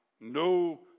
No